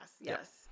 Yes